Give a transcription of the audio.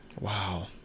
Wow